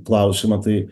klausimą tai